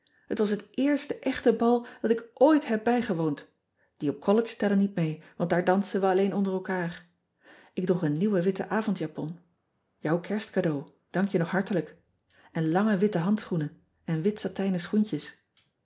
et was het eerste echte bal dat ik ooit heb bijgewoond die op ollege tellen niet mee want daar dansen we alleen onder elkaar k droeg een nieuwe witte avondjapon jouw erstcadeau dank je nog hartelijk en lange witte handschoenen en wat satijnen schoentjes